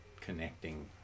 connecting